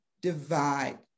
divide